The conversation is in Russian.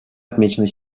отмечено